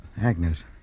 Agnes